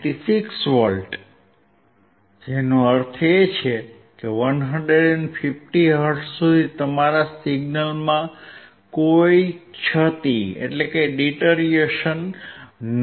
96 volt જેનો અર્થ છે કે 150 હર્ટ્ઝ સુધી તમારા સિગ્નલમાં કોઈ ક્ષતિ નથી